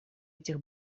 этих